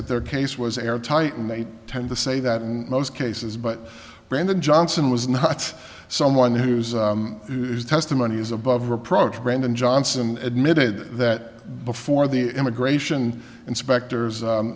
that their case was airtight and they tend to say that in most cases but brandon johnson was not someone whose testimony is above reproach brandon johnson admitted that before the immigration inspectors